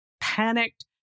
panicked